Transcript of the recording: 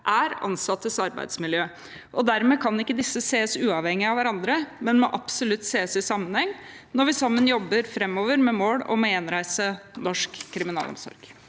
er ansattes arbeidsmiljø. Dermed kan disse ikke ses på uavhengig av hverandre, men må absolutt ses i sammenheng når vi framover skal jobbe sammen med et mål om å gjenreise norsk kriminalomsorg.